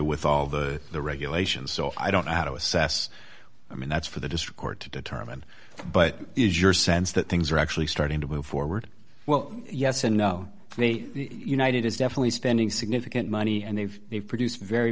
with all of the regulations so i don't know how to assess i mean that's for the district court to determine but it is your sense that things are actually starting to move forward well yes and no the united is definitely spending significant money and they've they produce very